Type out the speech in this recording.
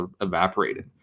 evaporated